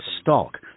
stock